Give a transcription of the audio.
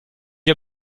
ihr